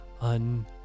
un